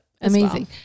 Amazing